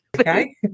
Okay